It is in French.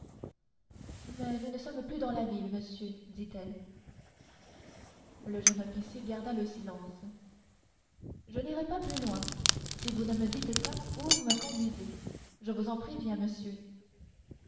mais nous ne sommes plus dans la ville monsieur dit-elle le jeune officier garda le silence je n'irai pas plus loin si vous ne me dites pas où vous me conduisez je vous en préviens monsieur